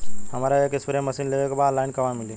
हमरा एक spray machine लेवे के बा ऑनलाइन कहवा मिली?